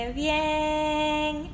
bien